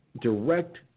direct